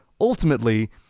ultimately